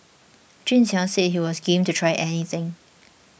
Jun Xiang said he was game to try anything